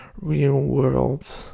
real-world